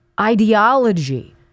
ideology